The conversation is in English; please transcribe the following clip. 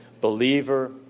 believer